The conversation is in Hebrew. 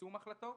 ביישום ההחלטות,